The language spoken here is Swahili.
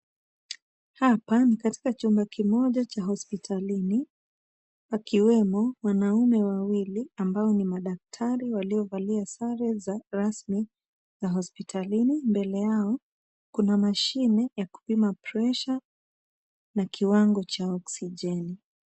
Hapa ni katika chumba kimoja cha hospitali, pakiwemo wanaume wawili ambao ni madaktari waliovalia sare za rasmi za hospitalini. Mbele yao kuna mashine ya kupima pressure na kiwango cha okisijeni.